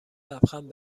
لبخند